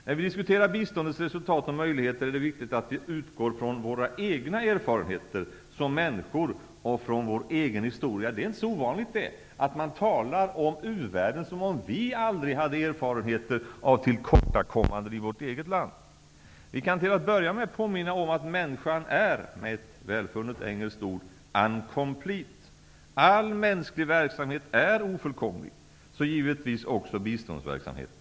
När vi diskuterar biståndets resultat och möjligheter är det viktigt att vi utgår från våra egna erfarenheter som människor och från vår egen historia. Det är inte så ovanligt att man talar om uvärlden som om vi aldrig haft erfarenhet av tillkortakommanden i vårt eget land. Vi kan till att börja med påminna om att människan är -- med ett välfunnet engelskt ord -- uncomplete. All mänsklig verksamhet är ofullkomlig. Det gäller givetvis också biståndsverksamheten.